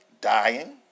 dying